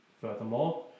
Furthermore